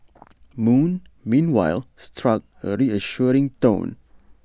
moon meanwhile struck A reassuring tone